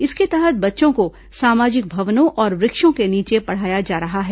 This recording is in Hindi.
इसके तहत बच्चों को सामाजिक भवनों और वृक्षों के नीचे पढ़ाया जा रहा है